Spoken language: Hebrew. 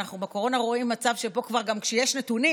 בקורונה אנחנו רואים מצב שבו גם כשכבר יש נתונים,